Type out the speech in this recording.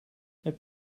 heb